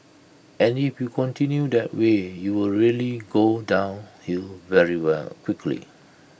and if you continue that way you will really go downhill very well quickly